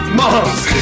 moms